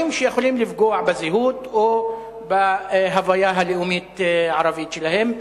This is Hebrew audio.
שיכולים לפגוע בזהות או בהוויה הלאומית-ערבית שלהם.